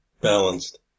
balanced